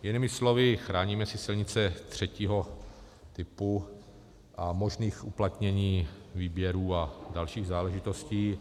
Jinými slovy chráníme si silnice třetího typu a možných uplatnění výběrů a dalších záležitostí.